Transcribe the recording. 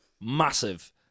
massive